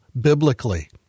biblically